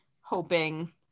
hoping